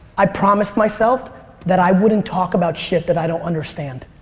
i promised myself that i wouldn't talk about shit that i don't understand.